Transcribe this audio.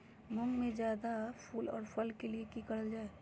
मुंग में जायदा फूल और फल के लिए की करल जाय?